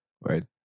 Right